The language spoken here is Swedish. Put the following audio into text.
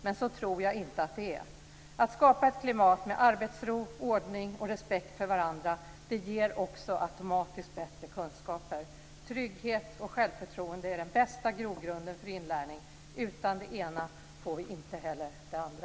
Men så tror jag inte att det är. Att skapa ett klimat med arbetsro, ordning och respekt för varandra ger också automatiskt bättre kunskaper. Trygghet och självförtroende är den bästa grogrunden för inlärning. Utan det ena får vi inte heller det andra.